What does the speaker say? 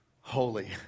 holy